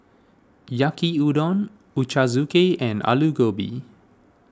Yaki Udon Ochazuke and Alu Gobi